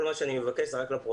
כל מה שאני מבקש זה רק לפרוטוקול,